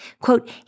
Quote